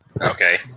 Okay